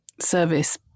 service